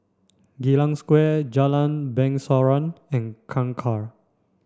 Geylang Square Jalan Bangsawan and Kangkar